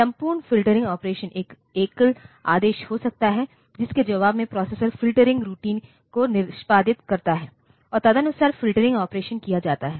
संपूर्ण filtering operation एक एकल आदेश हो सकता है जिसके जवाब में प्रोसेसर फ़िल्टरिंग रूटीन को निष्पादित करता है और तदनुसार फ़िल्टरिंग ऑपरेशन किया जाता है